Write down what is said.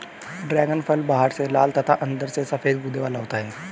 dragon फल बाहर से लाल तथा अंदर से सफेद गूदे वाला होता है